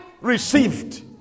received